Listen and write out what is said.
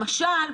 למשל,